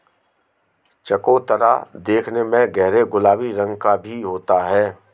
चकोतरा देखने में गहरे गुलाबी रंग का भी होता है